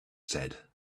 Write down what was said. said